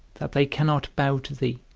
that they cannot bow to thee,